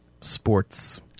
sports